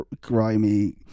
grimy